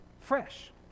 fresh